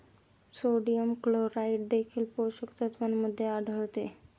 sodium chloride देखील पोषक तत्वांमध्ये आढळते